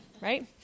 Right